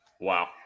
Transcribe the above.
Wow